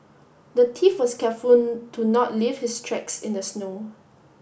the thief was careful to not leave his tracks in the snow